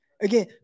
Again